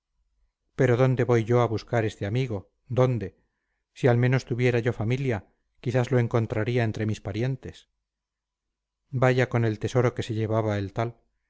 pero dónde voy yo a buscar este amigo dónde si al menos tuviera yo familia quizás lo encontraría entre mis parientes vaya con el tesoro que se llevaba el tal